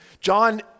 John